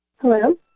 Hello